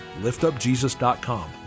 liftupjesus.com